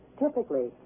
typically